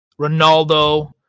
ronaldo